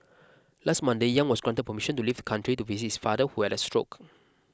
last Monday Yang was granted permission to leave the country to visit his father who had a stroke